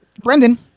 Brendan